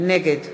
נגד